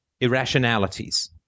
irrationalities